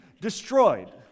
destroyed